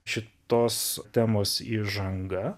šitos temos įžanga